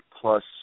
plus